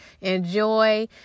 Enjoy